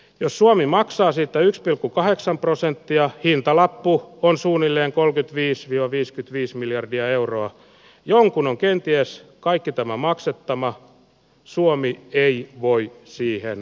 jos suomi maksaa siitä yksi pilkku kahdeksan prosenttia hintalappu on suunnilleen kolkytviis ja viiskytviis miljardia euroa jonkun on kenties kaikki tämä maksettama suomi ei voi siihen